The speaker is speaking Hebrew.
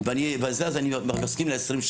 אז אני מסכים ל-20 שנה.